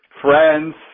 friends